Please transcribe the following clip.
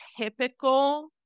typical